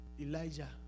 Elijah